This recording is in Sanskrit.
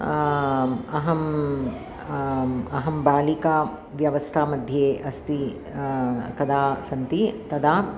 अहं अहं बालिका व्यवस्था मध्ये अस्ति कदा सन्ति तदा